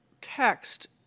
text